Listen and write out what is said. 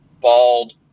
bald